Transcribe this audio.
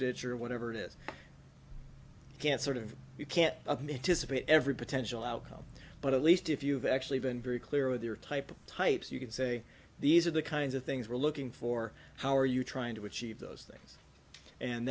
ditch or whatever it is can't sort of you can't dissipate every potential outcome but at least if you've actually been very clear with your type of types you can say these are the kinds of things we're looking for how are you trying to achieve those things and